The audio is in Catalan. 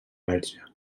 verge